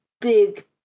big